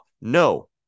no